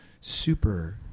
super